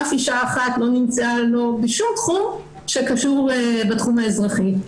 אף אישה אחת לא נמצאה בשום תחום שקשור בתחום האזרחי.